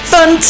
Fun